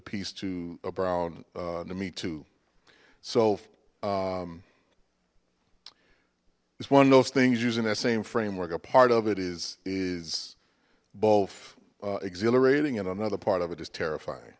ece to a brown to me too so it's one of those things using that same framework a part of it is is both exhilarating and another part of it is terrifying